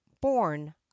born